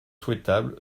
souhaitable